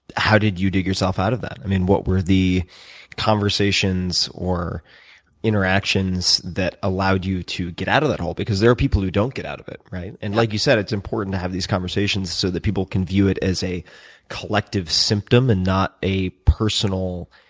how did you dig yourself out of that? and what were the conversations or interactions that allowed you to get out of that hole? because because there are people who don't get out of it, right? and like you said, it's important to have these conversations so that people can view it as a collective symptom and not a personal,